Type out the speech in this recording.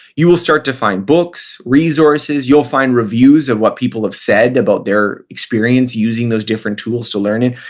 you will start to find books, resources, you'll find reviews of what people have said about their experience using those different tools to learn in.